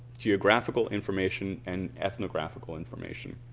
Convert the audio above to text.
geographical information and ethnographical information.